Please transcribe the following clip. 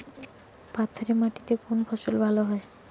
পাথরে মাটিতে কোন ফসল ভালো হয়?